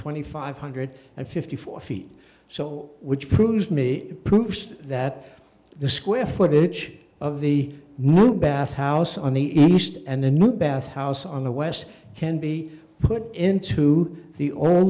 twenty five hundred and fifty four feet so which proves me it proves that the square footage of the new bath house on the east and the new bath house on the west can be put into the